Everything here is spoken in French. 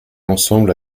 ensemble